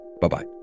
Bye-bye